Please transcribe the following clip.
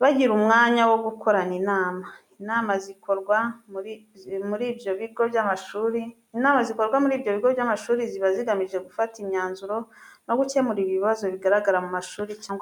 bagira umwanya wo gukorana inama. Inama zikorwa muri ibyo bigo by'amashuri ziba zigamije gufata imyanzuro no gukemura ibibazo bigaragara mu mashuri cyangwa mu kigo.